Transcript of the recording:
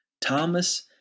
Thomas